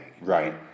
right